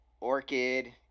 orchid